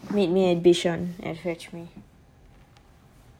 meet me at bishan and fetch me